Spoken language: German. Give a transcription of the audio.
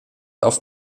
auf